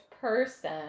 person